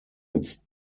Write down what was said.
its